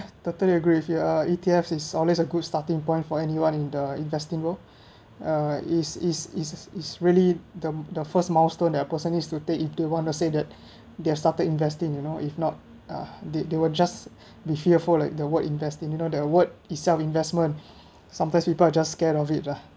totally agree with you uh E_T_F is solid a good starting point for anyone in the investing world uh is is is is really the the first milestone that the person needs to take into if you want to say that they’re started investing you know if not uh they they will just be fearful like the word investing you know the word itself investment sometimes people will just scared of it lah